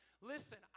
Listen